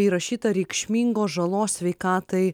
įrašyta reikšmingos žalos sveikatai